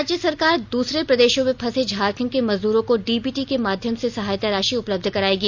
राज्य सरकार दूसरे प्रदेषों में फर्से झारखंड के मजदूरो को डीबीटी के माध्यम से सहायता राषि उपलब्ध कराएगी